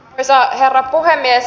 arvoisa herra puhemies